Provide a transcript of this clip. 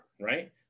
right